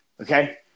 Okay